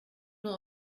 nur